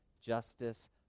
justice